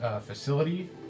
facility